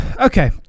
Okay